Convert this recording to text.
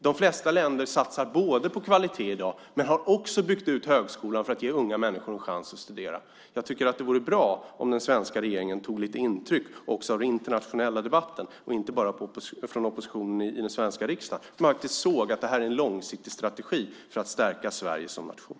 De flesta länder satsar i dag på kvalitet men har också byggt ut högskolan för att ge unga människor en chans att studera. Jag tycker att det vore bra om den svenska regeringen tog lite intryck också av den internationella debatten och inte bara av oppositionen i den svenska riksdagen och faktiskt såg att detta faktiskt är en långsiktig strategi för att stärka Sverige som nation.